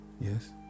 yes